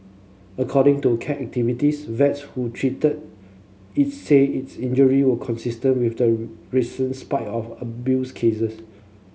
according to cat activist vets who treated its said its injury were consistent with the recent spy abuse cases